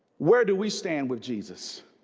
where do we stand with jesus?